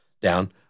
down